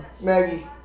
Maggie